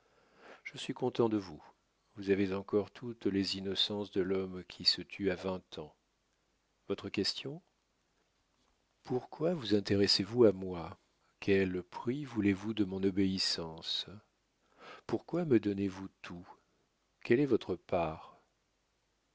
je suis content de vous vous avez encore toutes les innocences de l'homme qui se tue à vingt ans votre question pourquoi vous intéressez vous à moi quel prix voulez-vous de mon obéissance pourquoi me donnez-vous tout quelle est votre part